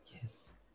Yes